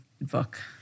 book